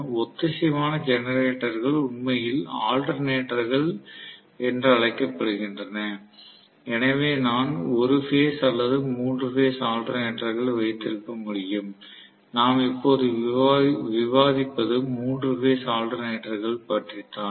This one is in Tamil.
ஒத்திசைவான ஜெனரேட்டர்கள் உண்மையில் ஆல்டர்நெட்டர்கள் என்று அழைக்கப்படுகின்றன எனவே நான் ஒரு பேஸ் அல்லது மூன்று பேஸ் ஆல்டர்நெட்டர்கள் வைத்திருக்க முடியும் நாம் இப்போது விவாதிப்பது மூன்று பேஸ் ஆல்டர்நெட்டர்கள் பற்றித்தான்